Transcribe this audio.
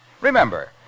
Remember